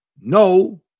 No